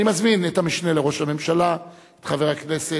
אני מזמין את המשנה לראש הממשלה, את חבר הכנסת,